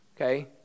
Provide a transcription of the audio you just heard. okay